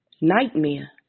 nightmare